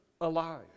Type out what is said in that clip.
alive